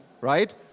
right